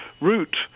route